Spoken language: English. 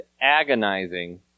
agonizing